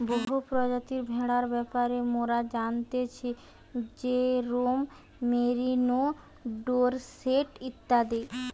বহু প্রজাতির ভেড়ার ব্যাপারে মোরা জানতেছি যেরোম মেরিনো, ডোরসেট ইত্যাদি